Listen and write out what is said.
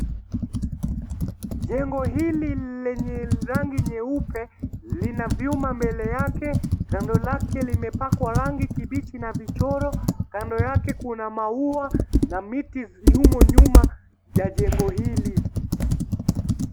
Jengo hili lenye rangi nyeupe lina vyuma mbele yake kando lake limepakwa rangi kibichi na vichoro kando yake kuna maua na miti yumo nyuma ya jengo hili.